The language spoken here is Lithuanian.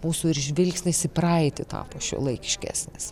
mūsų ir žvilgsnis į praeitį tapo šiuolaikiškesnis